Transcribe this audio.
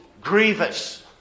grievous